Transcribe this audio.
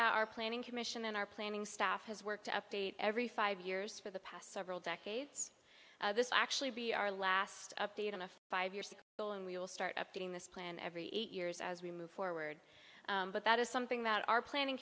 that our planning commission and our planning staff has worked to update every five years for the past several decades this actually be our last update on a five year six bill and we will start updating this plan every eight years as we move forward but that is something that our planning